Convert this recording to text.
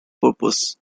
purpose